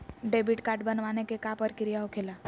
Debit card बनवाने के का प्रक्रिया होखेला?